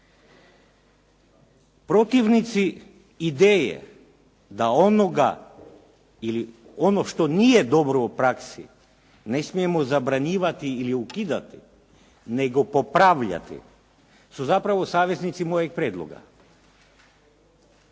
Protivnici ideje da onoga ili ono što nije dobro u praksi ne smijemo zabranjivati ili ukidati nego popravljati su su zapravo saveznici mojeg prijedloga,